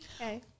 Okay